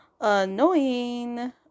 annoying